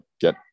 get